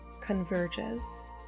converges